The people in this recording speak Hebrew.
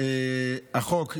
החוק,